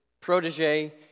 protege